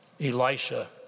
Elisha